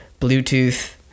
Bluetooth